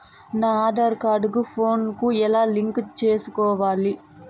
నా ఆధార్ కార్డు కు ఫోను ను ఎలా లింకు సేసుకోవాలి?